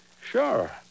Sure